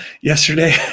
Yesterday